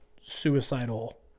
suicidal